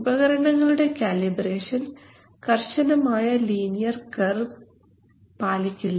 ഉപകരണങ്ങളുടെ കാലിബ്രേഷൻ കർശനമായ linear curve പാലിക്കില്ല